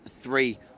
three